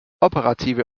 operative